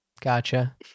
Gotcha